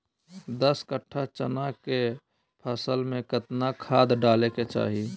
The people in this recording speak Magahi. दस कट्ठा चना के फसल में कितना खाद डालें के चाहि?